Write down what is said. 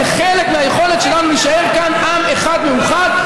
זה חלק מהיכולת שלנו להישאר כאן עם אחד מאוחד.